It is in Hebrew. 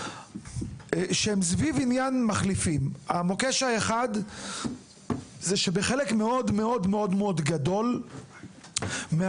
שהם סביב עניין המחליפים: המוקש האחד הוא שבחלק מאוד גדול מהמקרים